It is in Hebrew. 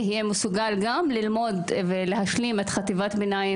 יהיה מסוגל גם ללמוד ולהשלים את חטיבת הביניים